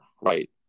right